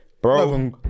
Bro